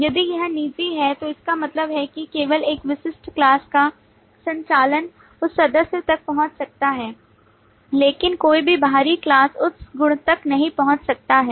यदि यह निजी है तो इसका मतलब है कि केवल उस विशिष्ट class का संचालन उस सदस्य तक पहुंच सकता है लेकिन कोई भी बाहरी class उस गुणतक नहीं पहुंच सकता है